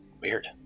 Weird